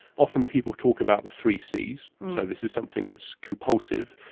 often people talk about the three cs, so this is something that's compulsive,